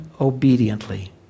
obediently